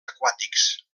aquàtics